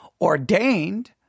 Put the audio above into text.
Ordained